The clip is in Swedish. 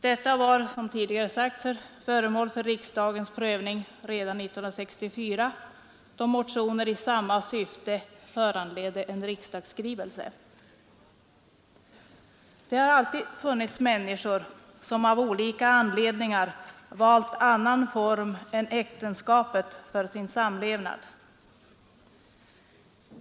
Denna fråga var, som tidigare sagts, föremål för riksdagens prövning redan 1964, då motioner i samma syfte föranledde en riksdagsskrivelse. Det har alltid funnits människor som av olika anledningar valt annan form än äktenskapet för sin samlevnad.